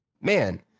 man